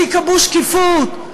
שיקבעו שקיפות,